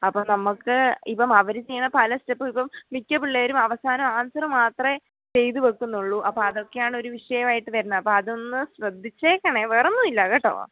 അപ്പം നമുക്ക് ഇപ്പം അവർ ചെയ്യണ പല സ്റ്റെപ്പുമിപ്പം മിക്കപിള്ളേരും അവസാനം ആൻസറ് മാത്രമേ എഴുതി വെക്കുന്നുള്ളു അപ്പം അതൊക്കെയാണൊരു വിഷയമായിട്ട് വരുന്നത് അപ്പോൾ അതൊന്ന് ശ്രദ്ധിച്ചേക്കണം വേറൊന്നുമില്ല കേട്ടോ